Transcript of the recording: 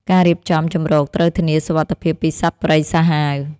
ការរៀបចំជម្រកត្រូវធានាសុវត្ថិភាពពីសត្វព្រៃសាហាវ។